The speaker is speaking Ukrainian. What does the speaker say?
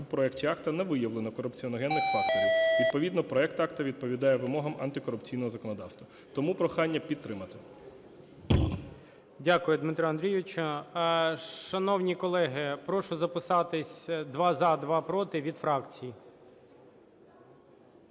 в проекті акту не виявлено корупціогенних факторів. Відповідно проект акту відповідає вимогам антикорупційного законодавства. Тому прохання підтримати. ГОЛОВУЮЧИЙ. Дякую, Дмитре Андрійовичу. Шановні колеги, прошу записатись: два - за, два – проти від фракцій.